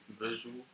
visual